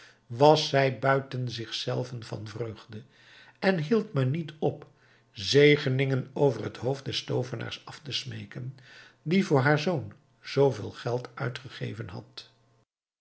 was zij buiten zich zelven van vreugde en hield maar niet op zegeningen over het hoofd des toovenaars af te smeeken die voor haar zoon zooveel geld uitgegeven had